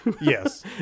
Yes